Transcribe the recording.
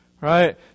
Right